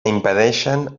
impedeixen